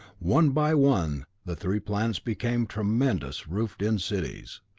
one by one the three planets became tremendous, roofed-in cities.